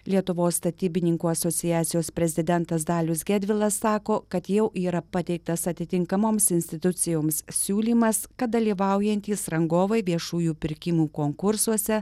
lietuvos statybininkų asociacijos prezidentas dalius gedvilas sako kad jau yra pateiktas atitinkamoms institucijoms siūlymas kad dalyvaujantys rangovai viešųjų pirkimų konkursuose